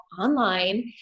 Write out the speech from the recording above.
online